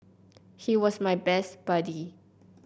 he was my best buddy